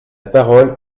parole